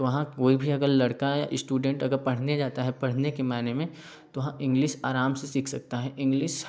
तो वहाँ कोई भी अगर लड़का या स्टूडेंट अगर पढ़ने जाता है पढ़ने के मायने में तो इंग्लिस आराम से सीख सकता है इंग्लिस